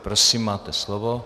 Prosím, máte slovo.